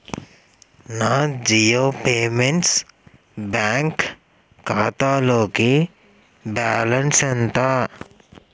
నా Jio payments bank ఖాతాలోకి balance ఎంత